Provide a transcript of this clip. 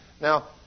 Now